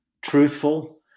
Truthful